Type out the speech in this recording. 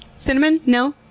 cinnamon? no?